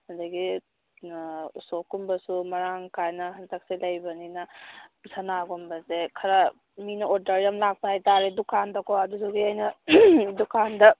ꯑꯗꯒꯤ ꯎꯁꯣꯞꯀꯨꯝꯕꯁꯨ ꯃꯔꯥꯡ ꯀꯥꯏꯅ ꯍꯟꯗꯛꯁꯦ ꯂꯩꯕꯅꯤꯅ ꯁꯅꯥꯒꯨꯝꯕꯁꯦ ꯈꯔ ꯃꯤꯅ ꯑꯣꯔꯗꯔ ꯌꯥꯝ ꯂꯥꯛꯄ ꯍꯥꯏꯕ ꯇꯥꯔꯦ ꯗꯨꯀꯥꯟꯗꯀꯣ ꯑꯗꯨꯗꯨꯒꯤ ꯑꯩꯅ ꯗꯨꯀꯥꯟꯗ